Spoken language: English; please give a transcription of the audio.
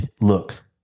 look